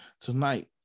Tonight